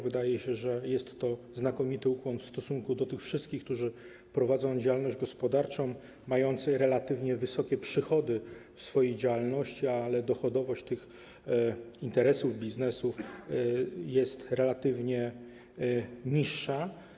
Wydaje się, że jest to znakomity ukłon w stronę tych wszystkich, którzy prowadzą działalność gospodarczą, mających relatywnie wysokie przychody w swojej działalności, ale dochodowość tych interesów, biznesów jest relatywnie niższa.